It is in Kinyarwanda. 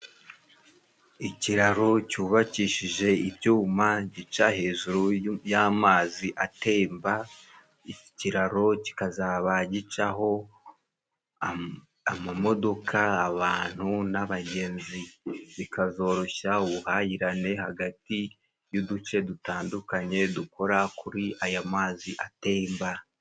Ikiraro cyubakishije ibyuma gica hejuru y'amazi atemba, ikiraro kikazaba gicaho amamodoka, abantu n'abagenzi bikazoroshya ubuhahirane hagati y'uduce dutandukanye, dukora kuri aya mazi ateyemba.